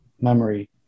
memory